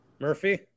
Murphy